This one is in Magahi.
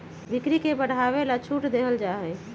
बिक्री के बढ़ावे ला छूट देवल जाहई